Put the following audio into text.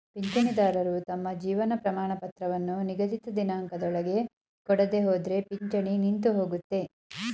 ಪಿಂಚಣಿದಾರರು ತಮ್ಮ ಜೀವನ ಪ್ರಮಾಣಪತ್ರವನ್ನು ನಿಗದಿತ ದಿನಾಂಕದೊಳಗೆ ಕೊಡದೆಹೋದ್ರೆ ಪಿಂಚಣಿ ನಿಂತುಹೋಗುತ್ತೆ